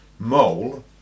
Mole